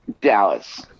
Dallas